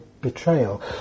betrayal